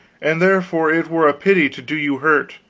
and therefore it were a pity to do you hurt,